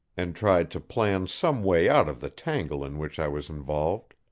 and tried to plan some way out of the tangle in which i was involved.